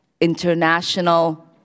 international